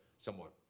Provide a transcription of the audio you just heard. somewhat